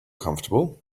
comfortable